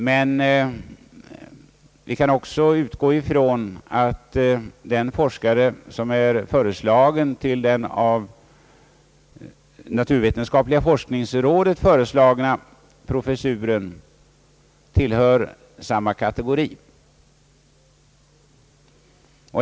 Men vi kan också utgå ifrån att den forskare som är föreslagen till den av naturvetenskapliga forskningsrådet föreslagna professuren tillhör samma kategori.